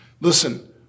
Listen